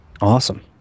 Awesome